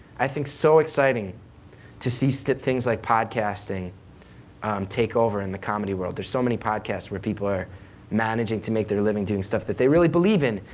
i think, so exciting to see things like podcasting take over in the comedy world. there's so many podcasts where people are managing to make their living doing stuff that they really believe in,